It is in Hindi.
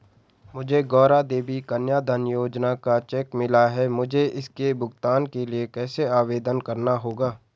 मुझे गौरा देवी कन्या धन योजना का चेक मिला है मुझे इसके भुगतान के लिए कैसे आवेदन करना होगा?